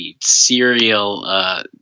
serial